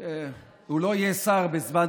שהוא לא יהיה שר בזמן